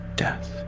death